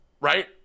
right